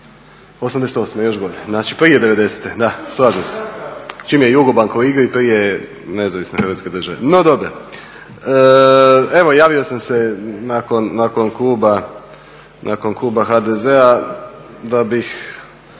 '88., još bolje. Znači, prije '90. Čim je … u igri prije nezavisne Hrvatske države. No dobro. Evo javio sam se nakon kluba HDZ-a da bih